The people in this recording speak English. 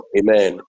amen